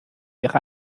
ihre